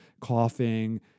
coughing